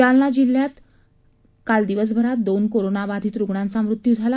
जालना जिल्ह्यात काल दिवसभरात दोन कोरोना बाधित रुग्णांचा मृत्यू झाला